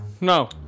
no